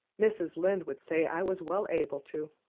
mrs. lynde would say i was well able to.